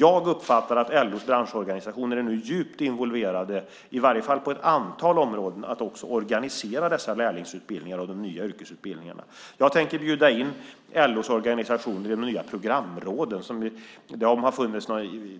Jag uppfattar att LO:s branschorganisationer är djupt involverade, i varje fall på ett antal områden, i att också organisera dessa lärlingsutbildningar och de nya yrkesutbildningarna. Jag tänker bjuda in LO:s organisationer i de nya programråden. Det har funnits